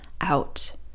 out